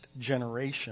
generation